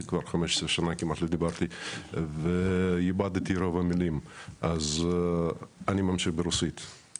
כבר 15 שנה כמעט לא דיברתי ואיבדתי את רוב המילים אז אני ממשיך ברוסית,